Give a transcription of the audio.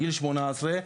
גיל 18,